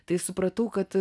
tai supratau kad